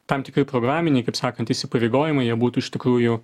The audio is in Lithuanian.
tam tikri programiniai kaip sakant įsipareigojimai jie būtų iš tikrųjų